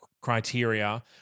criteria